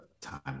time